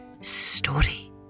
story